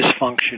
dysfunction